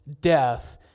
death